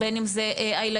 ובין אם זה הילדים.